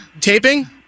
Taping